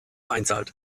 einzahlt